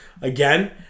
Again